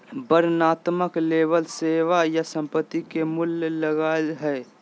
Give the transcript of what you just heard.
वर्णनात्मक लेबल सेवा या संपत्ति के मूल्य पर लगा हइ